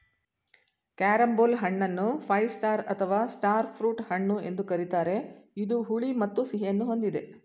carambola ಹಣ್ಣನ್ನು five star ಅಥವಾ star fruit ಹಣ್ಣು ಎಂದು ಕರಿತಾರೆ ಇದು ಹುಳಿ ಮತ್ತು ಸಿಹಿಯನ್ನು ಹೊಂದಿದೆ